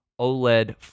OLED